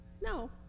No